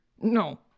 No